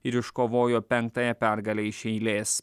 ir iškovojo penktąją pergalę iš eilės